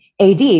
AD